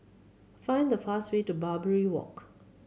find the fast way to Barbary Walk